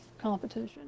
competition